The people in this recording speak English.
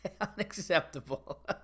unacceptable